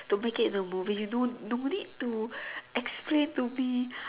to make it into movie no no need to explain to me